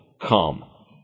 come